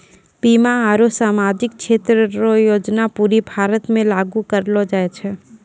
बीमा आरू सामाजिक क्षेत्र रो योजना पूरे भारत मे लागू करलो जाय छै